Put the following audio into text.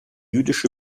jüdische